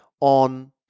on